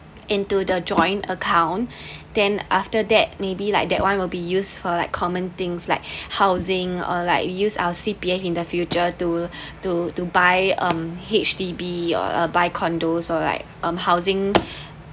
into the joint account then after that maybe like that one will be used for like common things like housing or like use our C_P_F in the future to to to buy um H_D_B or buy condos or like um housing